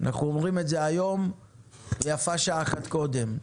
אנחנו אומרים זאת היום ויפה שעה אחת קודם.